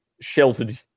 sheltered